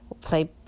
play